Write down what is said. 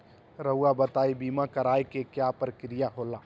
रहुआ बताइं बीमा कराए के क्या प्रक्रिया होला?